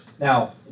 Now